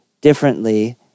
differently